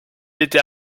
était